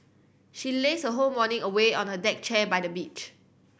she lazed her whole morning away on a deck chair by the beach